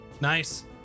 Nice